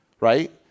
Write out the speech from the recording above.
right